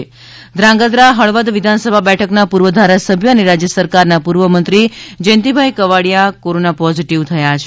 જયંતિભાઇ કવાડિયા ધ્રાંગધા હળવદ વિધાનસભા બેઠકના પૂર્વ ધારાસભ્ય અને રાજ્યસરકારના પૂર્વમંત્રી જયંતીભાઈ કવાડીયા કોરોના પોઝીટીવ થયા છે